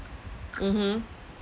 mmhmm